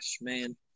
man